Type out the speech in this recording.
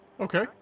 Okay